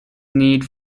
need